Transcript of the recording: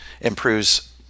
improves